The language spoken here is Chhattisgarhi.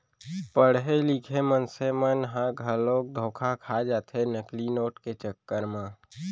पड़हे लिखे मनसे मन ह घलोक धोखा खा जाथे नकली नोट के चक्कर म